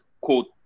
quote